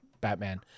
Batman